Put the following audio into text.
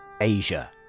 Asia